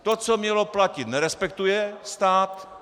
To, co mělo platit, nerespektuje stát.